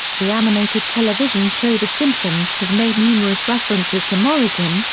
the animated television show the simpsons has made numerous references to morrison,